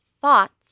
thoughts